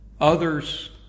others